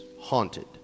haunted